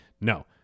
no